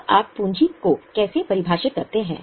अब आप पूंजी को कैसे परिभाषित करते हैं